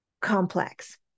complex